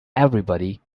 everybody